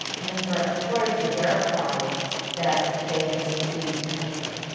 and then for employers to verify that they have screened temperature.